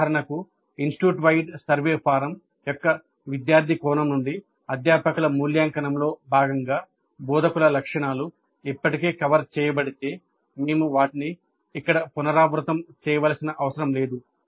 ఉదాహరణకు institute wide survey form యొక్క విద్యార్థి కోణం ద్వారా అధ్యాపకుల మూల్యాంకనంలో భాగంగా బోధకుల లక్షణాలు ఇప్పటికే కవర్ చేయబడితే మేము వాటిని ఇక్కడ పునరావృతం చేయవలసిన అవసరం లేదు